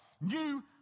new